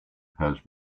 has